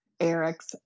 Eric's